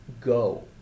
Go